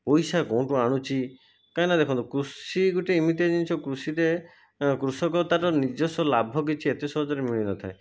ପଇସା କେଉଁଠୁ ଆଣୁଛି କାହିଁକିନା ଦେଖନ୍ତୁ କୃଷି ଗୋଟେ ଏମିତିଆ ଜିନିଷ କୃଷିରେ କୃଷକ ତା'ର ନିଜସ୍ୱ ଲାଭ କିଛି ଏତେ ସହଜରେ ମିଳିନଥାଏ